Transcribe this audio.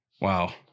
Wow